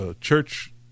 church